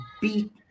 beat